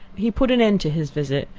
he put an end to his visit,